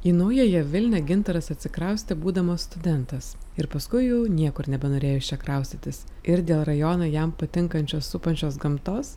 į naująją vilnią gintaras atsikraustė būdamas studentas ir paskui jau niekur nebenorėjo iš čia kraustytis ir dėl rajoną jam patinkančios supančios gamtos